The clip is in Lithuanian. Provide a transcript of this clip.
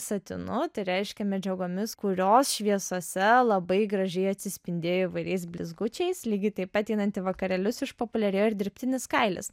satinu tai reiškia medžiagomis kurios šviesose labai gražiai atsispindėjo įvairiais blizgučiais lygiai taip pat einant į vakarėlius išpopuliarėjo ir dirbtinis kailis